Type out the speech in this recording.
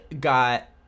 got